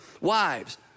wives